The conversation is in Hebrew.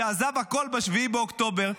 שעזב הכול ב-7 באוקטובר,